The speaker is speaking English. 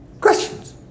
Questions